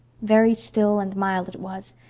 very still and mild it was,